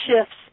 shifts